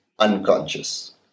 Unconscious